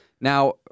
now